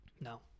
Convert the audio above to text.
No